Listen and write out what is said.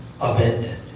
abandoned